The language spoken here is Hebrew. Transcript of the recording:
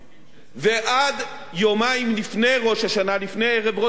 ועד יומיים לפני ראש השנה, לפני ערב ראש השנה,